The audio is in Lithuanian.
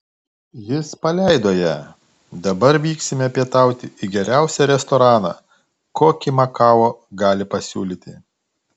jis paleido ją dabar vyksime pietauti į geriausią restoraną kokį makao gali pasiūlyti